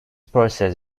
process